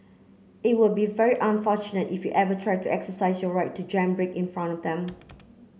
it will be very unfortunate if you ever try to exercise your right to jam brake in front of him